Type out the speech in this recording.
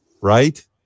right